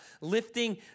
lifting